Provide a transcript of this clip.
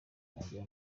ntagira